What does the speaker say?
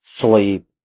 sleep